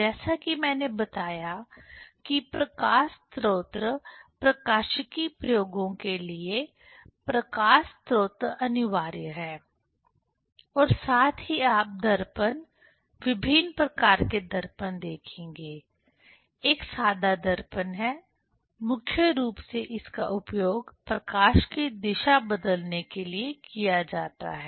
जैसा कि मैंने बताया कि प्रकाश स्रोत प्रकाशिकी प्रयोगों के लिए प्रकाश स्रोत अनिवार्य है और साथ ही आप दर्पण विभिन्न प्रकार के दर्पण देखेंगे एक सादा दर्पण है मुख्य रूप से इसका उपयोग प्रकाश की दिशा बदलने के लिए किया जाता है